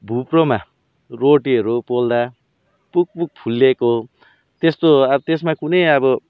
भुप्रोमा रोटीहरू पोल्दा पुकपुक फुल्लेको त्यस्तो अब त्यसमा कुनै अब